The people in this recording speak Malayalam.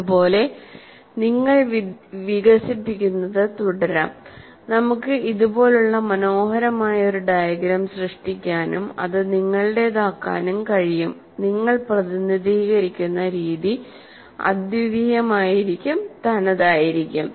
അത് പോലെ നിങ്ങൾക്ക് വികസിപ്പിക്കുന്നത് തുടരാംനമുക്ക് ഇതുപോലുള്ള മനോഹരമായ ഒരു ഡയഗ്രം സൃഷ്ടിക്കാനും അത് നിങ്ങളുടേതാക്കാനും കഴിയും നിങ്ങൾ പ്രതിനിധീകരിക്കുന്ന രീതി അദ്വിതീയമായിരിക്കും തനതായിരിക്കും